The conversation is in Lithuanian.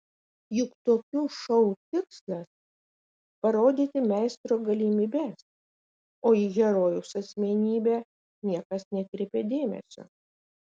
juk tokių šou tikslas parodyti meistro galimybes o į herojaus asmenybę niekas nekreipia dėmesio